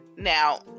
now